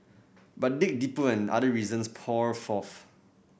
but dig deeper and other reasons pour forth